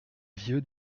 vieu